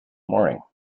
morning